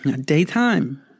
Daytime